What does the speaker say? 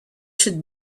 should